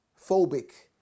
phobic